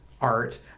art